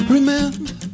Remember